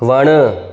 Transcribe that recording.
वणु